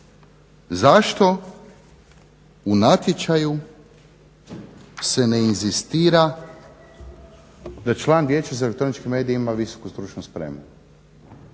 Zašto u natječaju se ne inzistira da član Vijeća za elektroničke medije ima visoku stručnu spremu?